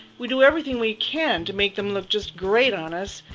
we do everything we can to make them look just great on us,